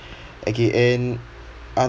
okay and